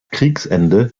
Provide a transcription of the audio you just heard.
kriegsende